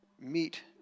meet